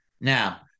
Now